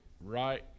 right